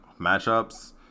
matchups